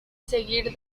seguir